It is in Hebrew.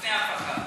ובפני אף אחת.